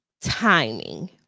timing